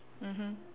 mmhmm